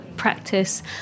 practice